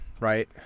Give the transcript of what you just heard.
right